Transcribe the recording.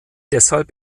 deshalb